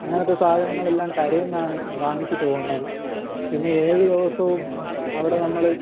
അങ്ങനത്തെ സാധനങ്ങളെല്ലാം കരയിൽ നിന്നാണ് വാങ്ങിച്ചിട്ട് പോകുന്നത് പിന്നെ ഏഴു ദിവസവും അവിടെ നമ്മൾ